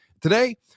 Today